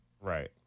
right